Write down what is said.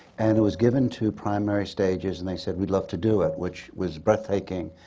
and it was given to primary stages, and they said, we'd love to do it, which was breathtaking!